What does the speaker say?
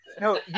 No